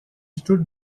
stood